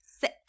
Sick